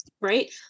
right